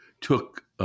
took